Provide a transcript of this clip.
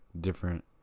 different